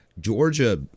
Georgia